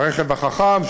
הרכב החכם,